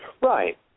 Right